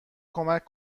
کمک